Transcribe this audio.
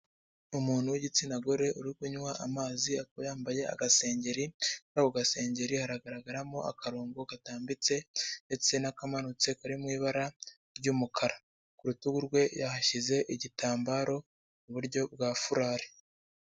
Umuntu w'igitsina gore uri kunywa amazi, akaba yambaye agasengeri, kuri ako gasengeri haragaragaramo akarongo gatambitse ndetse n'akamanutse kari mu ibara ry'umukara, ku rutugu rwe yahashyize igitambaro iburyo bwa furari.